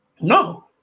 No